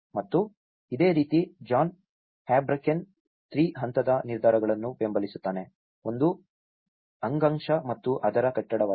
ಮತ್ತು ಅದೇ ರೀತಿ ಜಾನ್ ಹ್ಯಾಬ್ರಕೆನ್ 3 ಹಂತದ ನಿರ್ಧಾರಗಳನ್ನು ಬೆಂಬಲಿಸುತ್ತಾನೆ ಒಂದು ಅಂಗಾಂಶ ಮತ್ತು ಆಧಾರ ಕಟ್ಟಡವಾಗಿದೆ